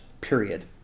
period